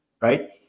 right